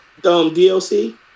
DLC